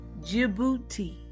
Djibouti